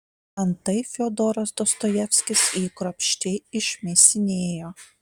antai fiodoras dostojevskis jį kruopščiai išmėsinėjo